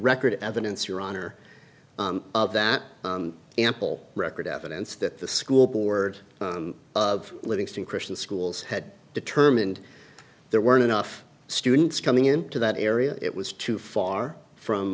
record evidence your honor of that ample record evidence that the school board of livingston christian schools had determined there weren't enough students coming into that area it was too far from